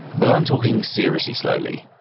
but i'm talking seriously slowly